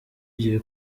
igiye